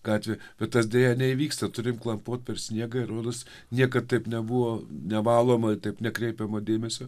gatvė bet tas deja neįvyksta turim klampot per sniegą ir rodos niekad taip nebuvo nevaloma taip nekreipiama dėmesio